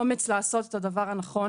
אומץ לעשות את הדבר הנכון